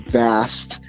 vast